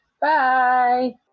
Bye